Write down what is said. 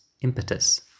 impetus